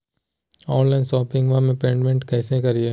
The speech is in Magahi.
ऑनलाइन शोपिंगबा में पेमेंटबा कैसे करिए?